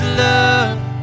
love